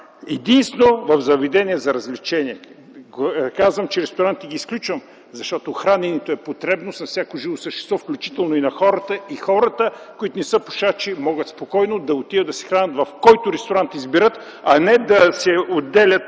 Единствено в заведения за развлечения. Казвам, че изключвам ресторантите, защото храненето е потребност на всяко живо същество, включително на хората. И хората, които не са пушачи, да могат спокойно да отидат да се хранят в който ресторант изберат, а не да се отделят